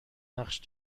نقش